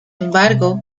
embargo